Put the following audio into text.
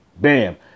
Bam